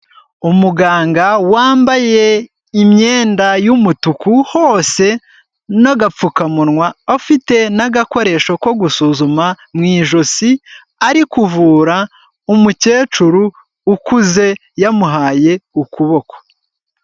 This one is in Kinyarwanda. Umuganga wambaye imyenda y'umutuku hose n'agapfukamunwa afite n'agakoresho ko gusuzuma mu ijosi, ari kuvura umukecuru ukuze yamuhaye ukuboko.